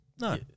No